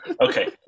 okay